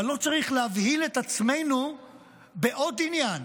אבל לא צריך להבהיל את עצמנו בעוד עניין,